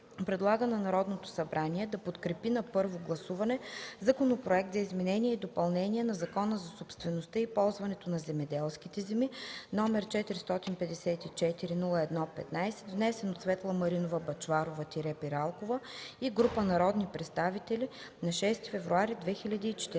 предлага на Народното събрание да подкрепи на първо гласуване Законопроект за изменение и допълнение на Закона за собствеността и ползуването на земеделски земи, № 454-01-15, внесен от Светла Маринова Бъчварова-Пиралкова и група народни представители на 6 февруари 2014